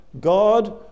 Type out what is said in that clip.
God